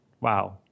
Wow